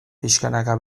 pixkanaka